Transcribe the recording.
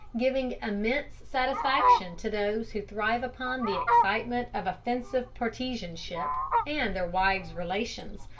giving immense satisfaction to those who thrive upon the excitement of offensive partisanship and their wives' relations,